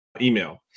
email